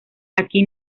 aquí